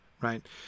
right